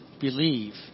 believe